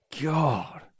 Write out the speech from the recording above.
God